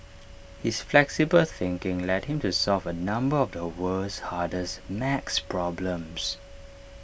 his flexible thinking led him to solve A number of the world's hardest math problems